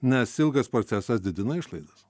nes ilgas procesas didina išlaidas